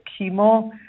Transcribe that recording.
chemo